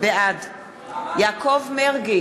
אינו נוכח